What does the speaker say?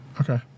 Okay